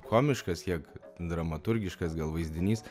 komiškas kiek dramaturgiškas gal vaizdinys